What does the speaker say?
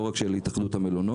לא רק של התאחדות המלונות.